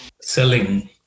selling